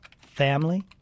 family